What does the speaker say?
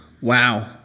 Wow